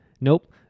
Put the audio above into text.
Nope